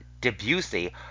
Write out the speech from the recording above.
Debussy